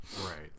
Right